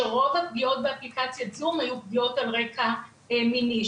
שרוב הפגיעות שהיו באפליקציית זום היו פגיעות על רקע מיני,